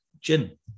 gin